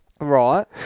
Right